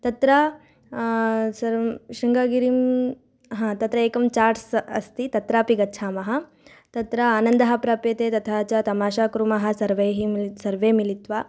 तत्र सर्वं शृङ्गगिरिं हा तत्र एकं चाट्स् अस्ति तत्रापि गच्छामः तत्र आनन्दः प्राप्यते तथा च तमाशा कुर्मः सर्वे मिलन्ति सर्वे मिलित्वा